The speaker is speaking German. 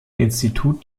institut